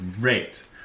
Great